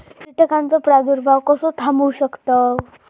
कीटकांचो प्रादुर्भाव कसो थांबवू शकतव?